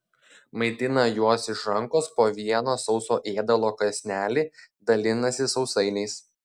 maitina juos iš rankos po vieną sauso ėdalo kąsnelį dalinasi sausainiais